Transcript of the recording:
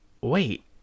wait